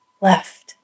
left